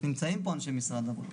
נמצאים פה אנשי משרד הבריאות